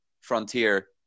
frontier